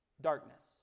darkness